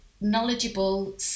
knowledgeable